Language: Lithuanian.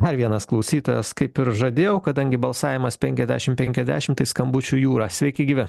dar vienas klausytojas kaip ir žadėjau kadangi balsavimas penkiasdešimt penkiasdešimt tai skambučių jūrą sveiki gyvi